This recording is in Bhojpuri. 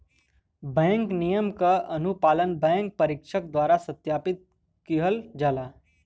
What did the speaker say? बैंक नियम क अनुपालन बैंक परीक्षक द्वारा सत्यापित किहल जाला